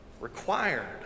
Required